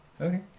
Okay